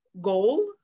goal